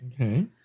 Okay